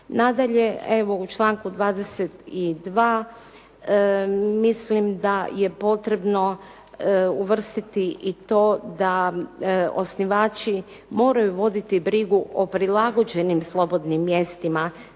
Nadalje, evo u članku 22. mislim da je potrebno uvrstiti i to da osnivači moraju voditi brigu o prilagođenim slobodnim mjestima